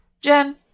Jen